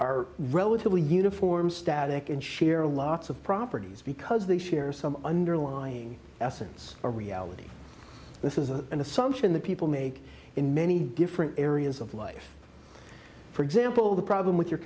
are relatively uniform static and share lots of properties because they share some underlying essence of reality this is a an assumption that people make in many different areas of life for example the problem with your